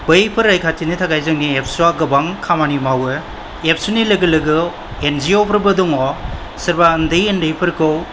बैफोर रैखाथिनि थाखाय जोंनि एबसुवा गोबां खामानि मावो एबसुनि लोगो लोगो एन जि अफोरबो दङ सोरबा ओन्दै उन्दैफोरखौ